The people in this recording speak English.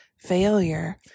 failure